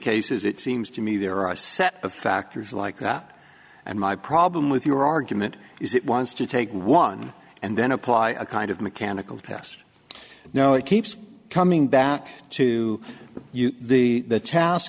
cases it seems to me there are a set of factors like up and my problem with your argument is it wants to take one and then apply a kind of mechanical task now it keeps coming back to you the task